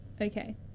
Okay